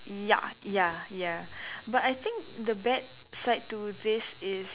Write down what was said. ya ya ya but I think the bad side to this is